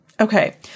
Okay